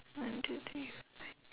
one two three four five